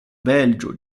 belgio